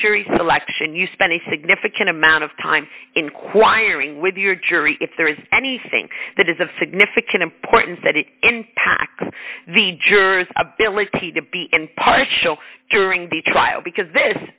jury selection you spend a significant amount of time inquiring with your jury if there is anything that is of significant importance that it impacts the jurors ability to be impartial during the trial because this